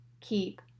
keep